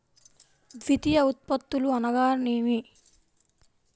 ద్వితీయ ఉత్పత్తులు అనగా నేమి?